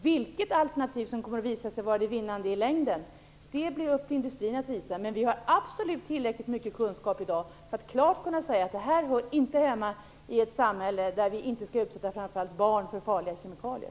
Vilket alternativ som kommer att visa sig vara det vinnande i längden blir det upp till industrin att visa, men vi har i dag definitivt tillräckligt mycket kunskap för att klart kunna säga att detta ämne inte hör hemma i ett samhälle där framför allt inte barn skall utsättas för farliga kemikalier.